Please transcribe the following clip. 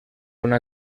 una